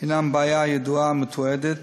הם בעיה ידועה ומתועדת,